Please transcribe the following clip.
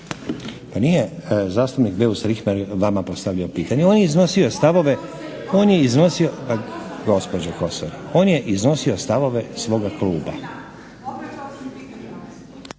Pa nije zastupnik Beus Richembergh vama postavio pitanje. On je iznosio stavove svoga kluba.